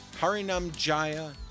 Harinamjaya